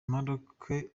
maroc